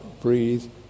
breathe